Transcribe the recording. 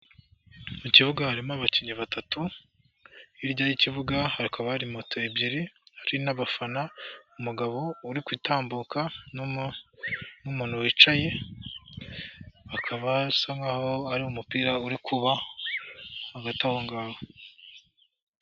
Mu kibuga harimo abakinnyi batatu, hirya y'ikibuga hakaba hari moto ebyiri, hari n'abafana, umugabo uri gutambuka n'umuntu wicaye bakaba basa nkaho ari umupira uri kuba hagati aha ngaho.